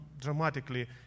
dramatically